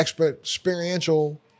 experiential